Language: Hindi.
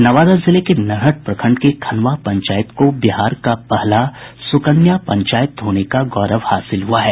नवादा जिले के नरहट प्रखंड के खनवां पंचायत को बिहार का पहला सुकन्या पंचायत होने का गौरव हासिल हुआ है